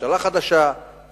ממשלה חדשה,